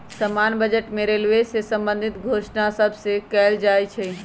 समान्य बजटे में रेलवे से संबंधित घोषणा सभ सेहो कएल जाइ छइ